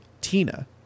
Tina